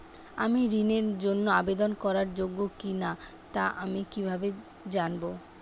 আমি ঋণের জন্য আবেদন করার যোগ্য কিনা তা আমি কীভাবে জানব?